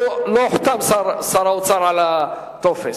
הוחתם שר האוצר על הטופס.